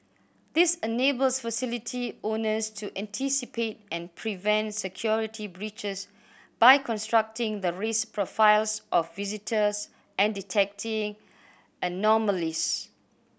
this enables facility owners to anticipate and prevent security breaches by constructing the risk profiles of visitors and detecting anomalies